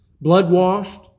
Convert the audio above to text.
blood-washed